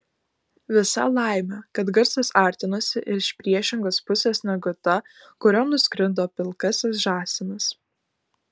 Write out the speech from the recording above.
visa laimė kad garsas artinosi iš priešingos pusės negu ta kurion nuskrido pilkasis žąsinas